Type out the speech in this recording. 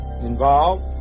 involved